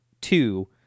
Two